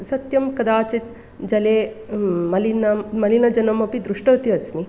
सत्यं कदाचित् जले मलिनं मलिनजलमपि दृष्टवती अस्मि